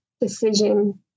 decision